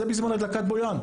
זה בזמן הדלקת בויאן.